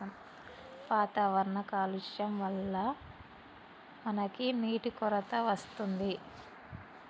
వాతావరణ కాలుష్యం వళ్ల మనకి నీటి కొరత వస్తుంది